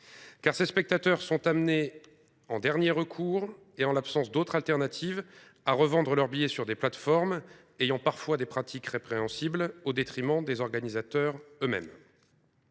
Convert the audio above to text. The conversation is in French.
Ces spectateurs sont amenés, en dernier recours et en l’absence d’autre solution, à revendre leurs billets sur des plateformes ayant parfois des pratiques répréhensibles, au détriment des organisateurs eux mêmes.